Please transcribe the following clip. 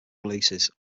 releases